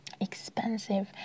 expensive